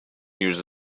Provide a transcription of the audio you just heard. years